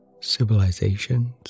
civilizations